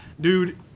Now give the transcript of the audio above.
dude